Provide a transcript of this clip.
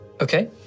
Okay